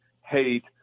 hate